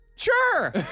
Sure